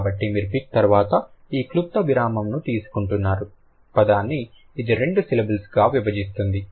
కాబట్టి మీరు పిక్ తర్వాత ఈ క్లుప్త విరామంను తీసుకుంటున్నారు పదాన్ని ఇది రెండు సిలబుల్స్ గా విభజిస్తుంది